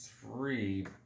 three